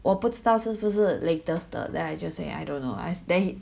我不知道是不是 latest 的 then I just say I don't know I then he